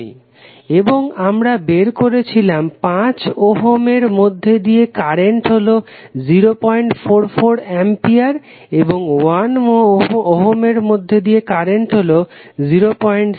Refer Slide Time 0259 এবং আমরা বের করেছিলাম 5 ওহমের মধ্যে দিয়ে কারেন্ট হলো 044 অ্যাম্পিয়ার এবং 1 ওহমের মধ্যে দিয়ে কারেন্ট হলো 069 অ্যাম্পিয়ার